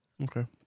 Okay